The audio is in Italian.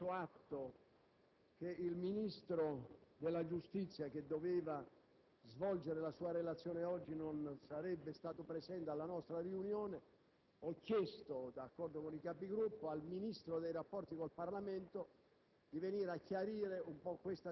avendo preso atto che il Ministro della giustizia, che doveva svolgere la sua relazione qui in Senato non sarebbe stato presente, ho chiesto, d'accordo con i Capigruppo, al Ministro per i rapporti con il Parlamento